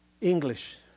English